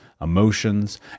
emotions